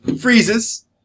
freezes